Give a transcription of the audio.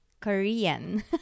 Korean